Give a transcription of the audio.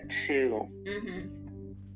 two